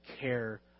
care